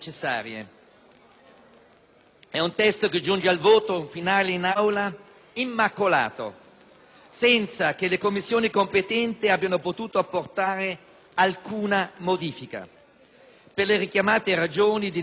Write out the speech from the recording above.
È un testo che giunge al voto finale in Aula immacolato, senza che le Commissioni competenti abbiano potuto apportare alcuna modifica, per le richiamate ragioni di necessità ed urgenza.